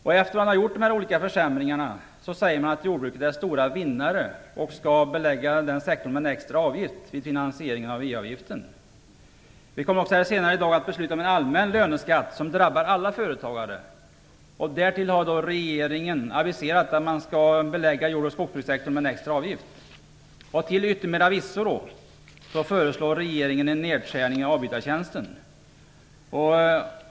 När man har genomfört dessa olika försämringar säger man att jordbruket är den stora vinnaren och att den sektorn skall beläggas med en extra avgift i samband med finansieringen av Senare i kväll kommer vi att besluta om en allmän löneskatt som drabbar alla företagare. Därtill har regeringen aviserat att man skall belägga jord och skogsbrukssektorn med en extra avgift. Till yttermera visso föreslår regeringen en nedskärning i avbytartjänsten.